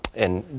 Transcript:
and